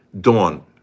Dawn